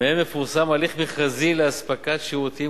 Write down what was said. מהן מפורסם הליך מכרזי לאספקת שירותים